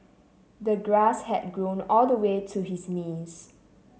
the grass had grown all the way to his knees